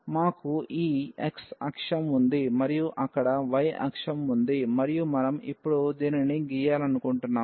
మాకు ఈ x అక్షం ఉంది మరియు అక్కడ y అక్షం ఉంది మరియు మనం ఇప్పుడు దీనిని గీయాలనుకుంటున్నాము